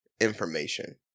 information